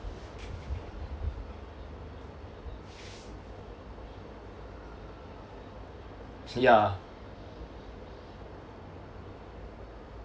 ya